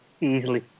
easily